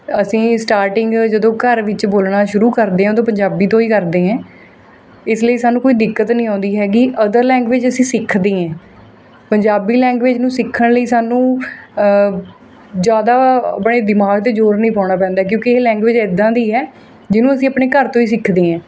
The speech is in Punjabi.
ਅਸੀਂ ਸਟਾਟਿੰਗ ਜਦੋਂ ਘਰ ਵਿੱਚ ਬੋਲਣਾ ਸ਼ੁਰੂ ਕਰਦੇ ਹਾਂ ਉਦੋਂ ਪੰਜਾਬੀ ਤੋਂ ਹੀ ਕਰਦੇ ਐਂ ਇਸ ਲਈ ਸਾਨੂੰ ਕੋਈ ਦਿੱਕਤ ਨਹੀਂ ਆਉਂਦੀ ਹੈਗੀ ਅਦਰ ਲੈਂਗੁਏਜ ਅਸੀਂ ਸਿੱਖਦੇ ਐਂ ਪੰਜਾਬੀ ਲੈਂਗੁਏਜ ਨੂੰ ਸਿੱਖਣ ਲਈ ਸਾਨੂੰ ਜਿਆਦਾ ਆਪਣੇ ਦਿਮਾਗ 'ਤੇ ਜ਼ੋਰ ਨਹੀਂ ਪਾਉਣਾ ਪੈਂਦਾ ਕਿਉਂਕਿ ਇਹ ਲੈਂਗੁਏਜ ਇੱਦਾਂ ਦੀ ਹੈ ਜਿਹਨੂੰ ਅਸੀਂ ਆਪਣੇ ਘਰ ਤੋਂ ਹੀ ਸਿੱਖਦੇ ਐਂ